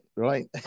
Right